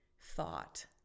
thought